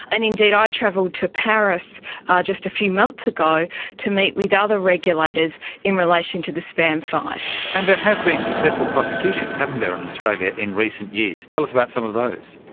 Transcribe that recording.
and indeed ah i travelled to paris just a few months ago to meet with ah other regulators in relation to the spam fight. and there have been successful prosecutions, haven't there, in australia in recent years. tell us about some of those.